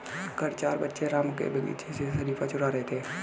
कल चार बच्चे रामू के बगीचे से शरीफा चूरा रहे थे